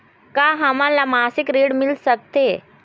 का हमन ला मासिक ऋण मिल सकथे?